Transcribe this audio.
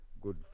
good